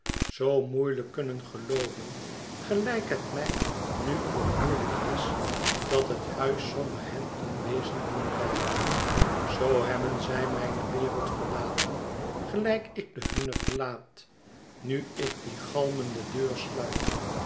zoo moeielijk kunnen gelooven gelijk het mij nu ook moeielijk is dat het huis zonder hen in wezen kon blijven zoo hebben zij mijne wereld verlaten gelijk ik de hunne verlaat nu ik die galmende deur sluit